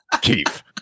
Keith